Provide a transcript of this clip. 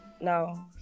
no